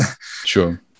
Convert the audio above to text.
Sure